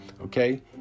okay